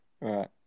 right